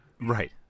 Right